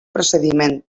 procediment